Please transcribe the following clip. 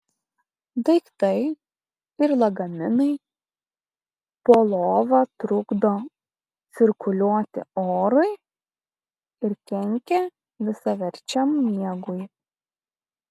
daiktai ir lagaminai po lova trukdo cirkuliuoti orui ir kenkia visaverčiam miegui